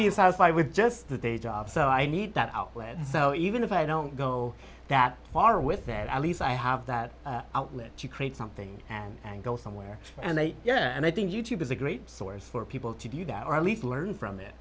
be satisfied with just the day job so i need that outlet so even if i don't go that far with that at least i have that outlet to create something and go somewhere and yeah and i think you tube is a great source for people to do that or at least learn from it